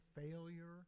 failure